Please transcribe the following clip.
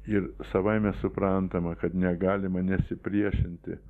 ir savaime suprantama kad negalima nesipriešinti